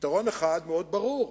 יתרון אחד מאוד ברור: